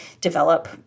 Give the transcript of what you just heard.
develop